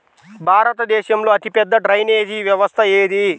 భారతదేశంలో అతిపెద్ద డ్రైనేజీ వ్యవస్థ ఏది?